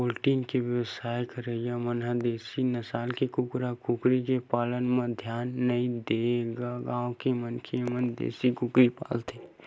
poultry के बेवसाय करइया मन ह देसी नसल के कुकरा कुकरी के पालन म धियान नइ देय गांव के मनखे मन देसी कुकरी पालथे